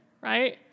right